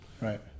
Right